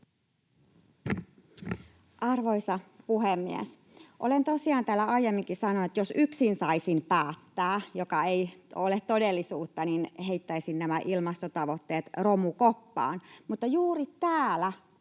Arvoisa puhemies! Olen tosiaan täällä aiemminkin sanonut, että jos yksin saisin päättää — mikä ei ole todellisuutta — niin heittäisin nämä ilmastotavoitteet romukoppaan. Mutta juuri täällä,